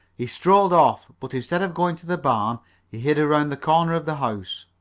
he strolled off, but instead of going to the barn he hid around the corner of the house.